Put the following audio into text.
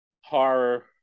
horror